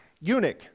eunuch